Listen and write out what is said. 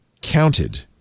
counted